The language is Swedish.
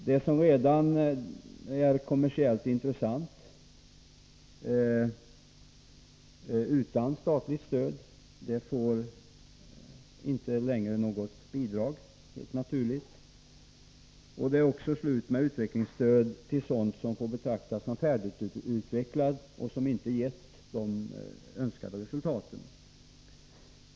Det som redan är kommersiellt intressant, utan statligt stöd, får helt naturligt inte längre något bidrag. Det är således slut med utvecklingsstödet till sådant som får betraktas som färdigutvecklat och som inte har gett de önskade resultaten.